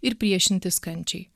ir priešintis kančiai